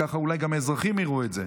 ככה אולי גם האזרחים יראו את זה,